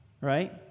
right